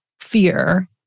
fear